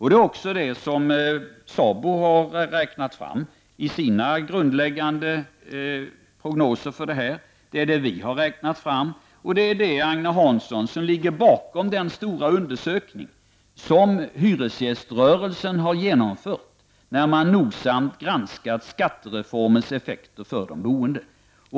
Det är också det som SABO har räknat fram i sina grundläggande prognoser, och det är det vi har räknat fram. Det är detta, Agne Hansson, som ligger bakom den stora undersökning som hyresgäströrelsen har genomfört och där man nogsamt har granskat skattereformens effekter för de boende.